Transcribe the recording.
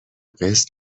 قسط